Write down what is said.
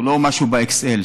הוא לא משהו באקסל,